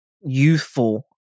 youthful